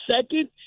second